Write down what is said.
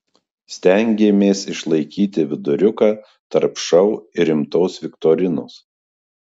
stengėmės išlaikyti viduriuką tarp šou ir rimtos viktorinos